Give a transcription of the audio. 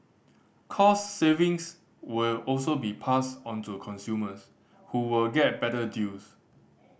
cost savings will also be passed onto consumers who will get better deals